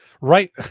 right